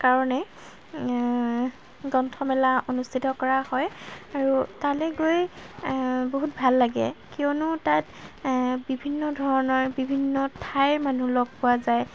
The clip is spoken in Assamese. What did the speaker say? কাৰণে গ্ৰন্থমেলা অনুষ্ঠিত কৰা হয় আৰু তালৈ গৈ বহুত ভাল লাগে কিয়নো তাত বিভিন্ন ধৰণৰ বিভিন্ন ঠাইৰ মানুহ লগ পোৱা যায়